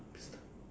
good stuff